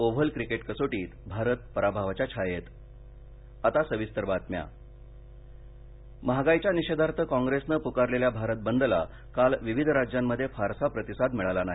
oval cricket कसोटीत भारत पराभवाच्या छायेत बंद पेटोल महागाईच्या निषेधार्थ काँप्रेसन पुकारलेल्या भारत बदला काल विविध राज्यांमध्ये फारसा प्रतिसाद मिळाला नाही